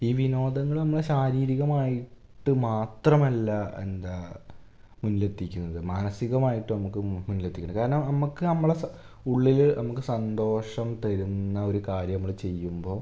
ഈ വിനോദങ്ങള് നമ്മളെ ശാരീരികമായിട്ട് മാത്രമല്ല എന്താ മുന്നിലെത്തിക്കുന്നത് മാനസികമായിട്ടും നമുക്ക് മുന്നിലെത്തിക്കണ്ണ്ട് കാരണം നമുക്ക് നമ്മളെ ഉള്ളില് നമുക്ക് സന്തോഷം തരുന്ന ഒരു കാര്യം നമ്മള് ചെയ്യുമ്പോ